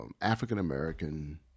African-American